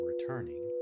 returning